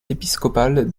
épiscopale